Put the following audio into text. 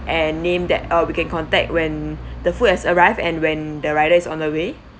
and name that uh we can contact when the food has arrived and when the rider is on the way